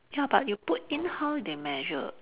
but you put in how they measure